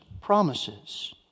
promises